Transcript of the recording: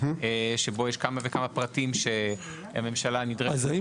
שבו ישנם כמה וכמה פרטים שהממשלה נדרשת --- האם